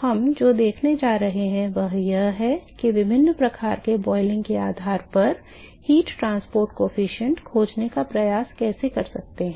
हम जो देखने जा रहे हैं वह यह है कि हम विभिन्न प्रकार के क्वथन के आधार पर ऊष्मा परिवहन गुणांक खोजने का प्रयास कैसे कर सकते हैं